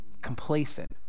Complacent